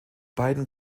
beiden